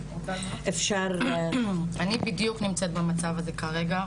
אני בדיוק נמצאת במצב הזה כרגע,